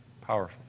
Powerful